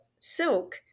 silk